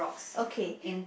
okay